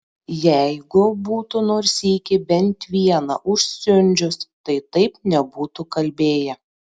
jeigu būtų nors sykį bent vieną užsiundžius tai taip nebūtų kalbėję